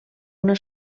una